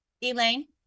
Elaine